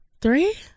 three